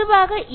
பொதுவாக ஏ